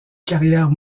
carrière